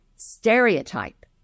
stereotype